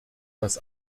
das